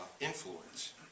influence